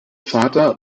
vater